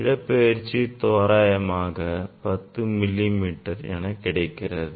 இடப்பெயர்ச்சி தோராயமாக எனக்கு 10 மில்லி மீட்டர் என கிடைக்கிறது